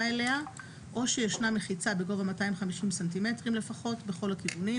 אליה או שישנה מחיצה בגובה 250 ס"מ לפחות בכל הכיוונים,